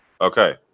Okay